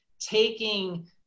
taking